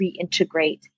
reintegrate